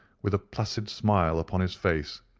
with a placid smile upon his face,